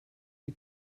die